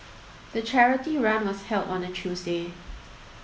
the charity run was held on a Tuesday